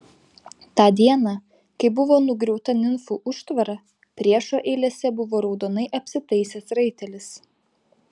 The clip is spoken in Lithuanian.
tą dieną kai buvo nugriauta nimfų užtvara priešo eilėse buvo raudonai apsitaisęs raitelis